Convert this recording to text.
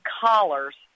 collars